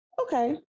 okay